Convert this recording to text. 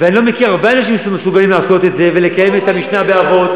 ואני לא מכיר הרבה אנשים שמסוגלים לעשות את זה ולקיים את המשנה באבות.